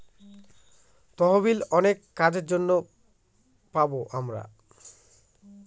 তহবিল অনেক কাজের জন্য পাবো আমরা